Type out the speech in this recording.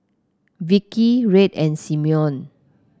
Vickey Red and Simone